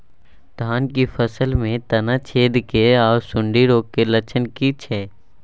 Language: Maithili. धान की फसल में तना छेदक आर सुंडी रोग के लक्षण की छै?